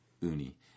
uni